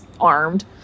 armed